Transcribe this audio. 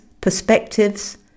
perspectives